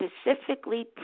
specifically